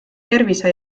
tervise